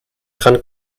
dran